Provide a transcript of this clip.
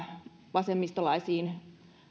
vasemmistolaisiin